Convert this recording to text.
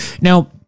Now